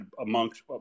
amongst